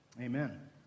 Amen